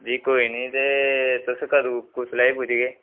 जी कोई निं ते तुस कदुं कुसलै